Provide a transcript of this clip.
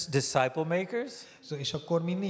disciple-makers